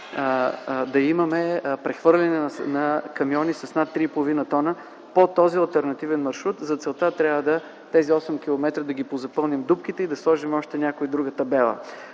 да имаме прехвърляне на камиони с тегло над 3,5 тона по този алтернативен маршрут. За целта трябва на тези 8 км да позапълним дупките и да сложим още и някоя друга табела.